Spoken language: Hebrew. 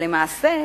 למעשה,